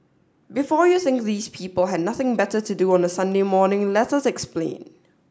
before you think these people had nothing better to do on a Sunday morning let us explain